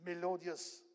melodious